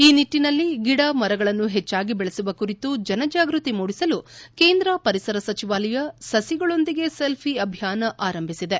ಈ ನಿಟ್ಲಿನಲ್ಲಿ ಗಿಡ ಮರಗಳನ್ನು ಹೆಚ್ಚಾಗಿ ಬೆಳೆಸುವ ಕುರಿತು ಜನಜಾಗ್ಚತಿ ಮೂಡಿಸಲು ಕೇಂದ್ರ ಪರಿಸರ ಸಚಿವಾಲಯ ಸಸಿಗಳೊಂದಿಗೆ ಸೆಲ್ವಿ ಅಭಿಯಾನ ಆರಂಭಿಸಿದೆ